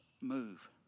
Move